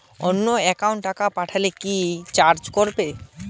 অন্য একাউন্টে টাকা পাঠালে কি চার্জ কাটবে?